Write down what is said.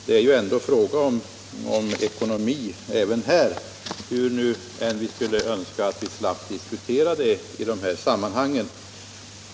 Det är ändå fråga om ekonomi även här — hur mycket vi än önskar att vi skulle slippa diskutera den i det här sammanhanget.